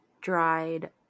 dried